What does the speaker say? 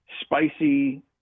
spicy